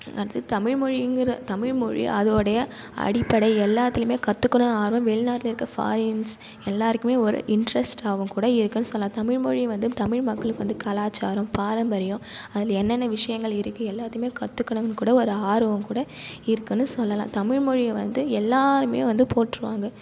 அடுத்து தமிழ் மொழிங்கிற தமிழ் மொழி அதோடைய அடிப்படை எல்லாத்துலையுமே கற்றுக்கணும் ஆர்வம் வெளிநாட்டில் இருக்க ஃபார்ரின்ஸ் எல்லாருக்கும் ஒரு இண்ட்ரெஸ்டாகவும் கூட இருக்குனு சொல்லலாம் தமிழ் மொழி வந்து தமிழ் மக்களுக்கு வந்து கலாச்சாரம் பாரம்பரியம் அதில் என்னென்ன விஷயங்கள் இருக்கு எல்லாத்தையும் கற்றுக்கணும்னு கூட ஒரு ஆர்வம் கூட இருக்குனு சொல்லலாம் தமிழ் மொழியை வந்து எல்லாரும் வந்து போற்றுவாங்க